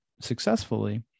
successfully